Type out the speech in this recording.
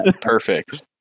perfect